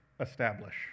establish